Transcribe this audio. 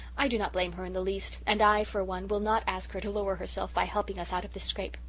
i do not blame her in the least, and i, for one, will not ask her to lower herself by helping us out of this scrape.